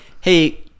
Hey